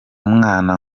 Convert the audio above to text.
mwana